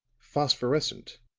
phosphorescent,